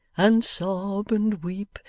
and sob, and weep,